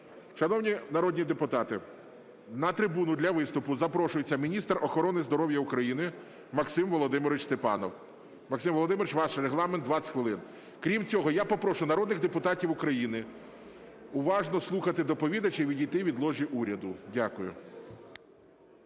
Шановні народні депутати, на трибуну для виступу запрошується міністр охорони здоров'я України Максим Володимирович Степанов. Максим Володимирович, ваш регламент – 20 хвилин. Крім цього я попрошу народних депутатів України уважно слухати доповідача і відійти від ложі уряду. Дякую.